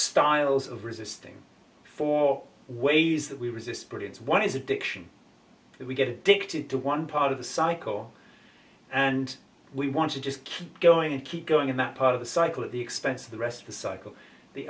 styles of resisting for ways that we resist brilliance one is addiction we get addicted to one part of the cycle and we want to just keep going and keep going in that part of the cycle at the expense of the rest of the cycle the